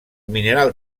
mineral